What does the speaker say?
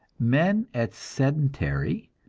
men at sedentary,